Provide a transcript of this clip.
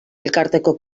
elkarteko